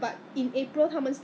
so you 你是这样讲 !huh!